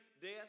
death